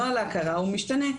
נוהל ההכרה משתנה.